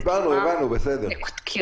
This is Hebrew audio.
הבנו, בסדר.